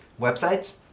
websites